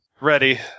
ready